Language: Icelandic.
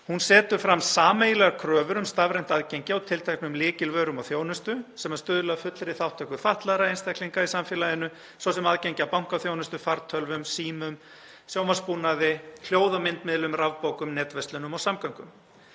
Hún setur fram sameiginlegar kröfur um stafrænt aðgengi að tilteknum lykilvörum og -þjónustu sem stuðlar að fullri þátttöku fatlaðra einstaklinga í samfélaginu, svo sem aðgengi að bankaþjónustu, fartölvum, símum, sjónvarpsbúnaði, hljóð- og myndmiðlum, rafbókum, netverslunum og samgöngum.